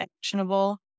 actionable